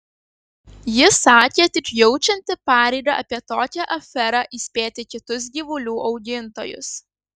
ji sakė tik jaučianti pareigą apie tokią aferą įspėti kitus gyvulių augintojus